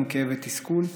גם כאבי תסכול,